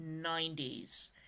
90s